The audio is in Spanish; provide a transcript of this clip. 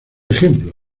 ejemplo